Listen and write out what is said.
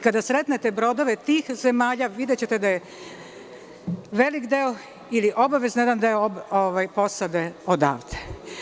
Kada sretnete brodove tih zemalja videćete da je velik deo ili obavezno jedan deo posade odavde.